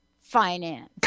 finance